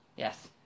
Yes